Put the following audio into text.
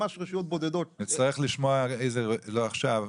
נצטרך לשמוע, לא עכשיו,